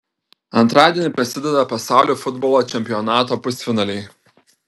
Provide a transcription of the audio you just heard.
antradienį prasideda pasaulio futbolo čempionato pusfinaliai